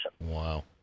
Wow